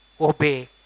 obey